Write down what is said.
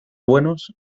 buenos